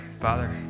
Father